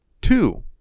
Two